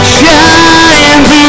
shines